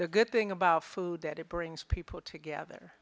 the good thing about food that it brings people together